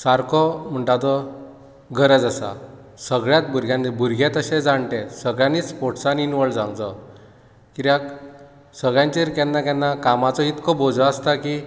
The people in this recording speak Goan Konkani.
सारको म्हूणटा तो गरज आसा सगळ्यांत भुरग्यांनी भुरगें तशें जाण्टे सगळ्यांनीत स्पोर्ट्सान इन्वोल्व जावंक जाय कित्याक सगळ्यांचेर केन्ना केन्ना कामाचो इतको बोजा आसता की